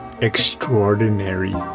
extraordinary